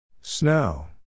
Snow